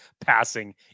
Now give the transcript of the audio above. passing